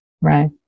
Right